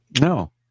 No